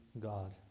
God